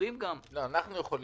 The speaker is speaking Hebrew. אנחנו יכולים.